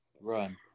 run